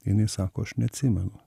jinai sako aš neatsimenu